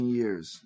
years